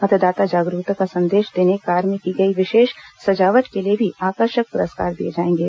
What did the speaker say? मतदाता जागरूकता का संदेश देने कार में की गई विशेष सजावट के लिए भी आकर्षक पुरस्कार दिए जाएंगे